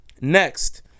Next